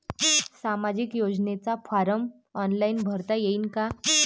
सामाजिक योजनेचा form online भरता येईन का?